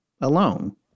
alone